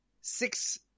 six